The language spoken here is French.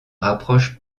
rapprochent